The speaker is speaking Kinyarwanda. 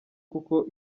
kuko